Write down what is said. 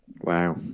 Wow